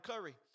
Curry